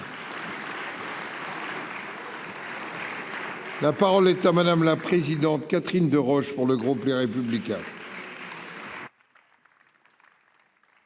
La parole est à madame la présidente, Catherine Deroche pour le groupe Les Républicains.